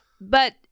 But-